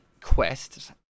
quests